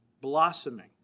blossoming